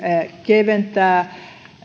keventää